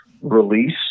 release